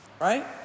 Right